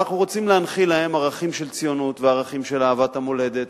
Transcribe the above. אנחנו רוצים להנחיל להם ערכים של ציונות ושל אהבת המולדת,